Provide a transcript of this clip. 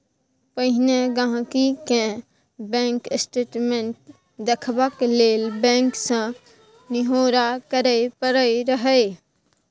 पहिने गांहिकी केँ बैंक स्टेटमेंट देखबाक लेल बैंक सँ निहौरा करय परय रहय